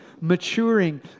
maturing